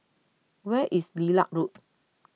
where is Lilac Road